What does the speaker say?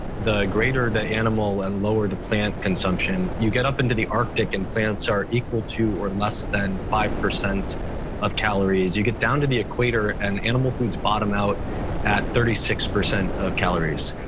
the greater the animal and lower the plant consumption. you get up into the arctic, and plants are equal to, or less than five percent of calories. you get down to the equator and animal foods bottom out at thirty six percent of calories.